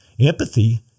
Empathy